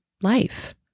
life